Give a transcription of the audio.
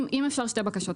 אם אפשר שתי בקשות.